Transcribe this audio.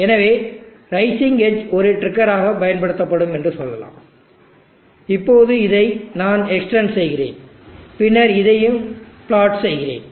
எனவே rising edge ஒரு trigger ஆக பயன்படுத்தப்படும் என்று சொல்லலாம் இப்போது இதை நான் எக்ஸ்டெண்ட் செய்கிறேன் பின்னர் இதையும் பிளாட் செய்கிறேன்